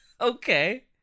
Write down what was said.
Okay